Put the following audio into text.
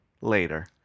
Later